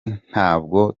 ntabwo